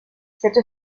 cette